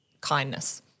kindness